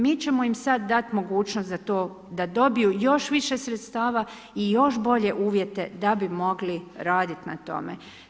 Mi ćemo im sad dati mogućnost da to, da dobiju još više sredstava i još bolje uvjete da bi mogli raditi na tome.